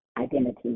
identity